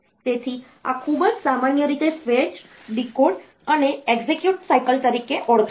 તેથી આ ખૂબ જ સામાન્ય રીતે ફેચ ડીકોડ અને એક્ઝિક્યુટ સાયકલ તરીકે ઓળખાય છે